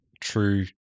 true